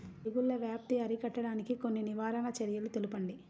తెగుళ్ల వ్యాప్తి అరికట్టడానికి కొన్ని నివారణ చర్యలు తెలుపండి?